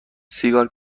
سیگار